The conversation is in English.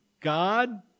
God